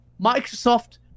Microsoft